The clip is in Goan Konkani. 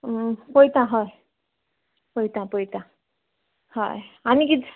पयता हय पयता पयता हय आनी कितें